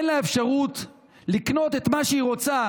אין לה אפשרות לקנות את מה שהיא רוצה